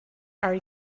are